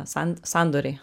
san sandoriai